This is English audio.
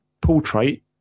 portrait